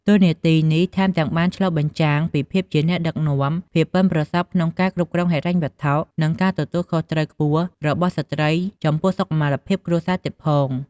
តួនាទីនេះថែមទាំងបានឆ្លុះបញ្ចាំងពីភាពជាអ្នកដឹកនាំ ភាពប៉ិនប្រសប់ក្នុងការគ្រប់គ្រងហិរញ្ញវត្ថុ និងការទទួលខុសត្រូវខ្ពស់របស់ស្ត្រីចំពោះសុខុមាលភាពគ្រួសារ។